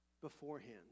beforehand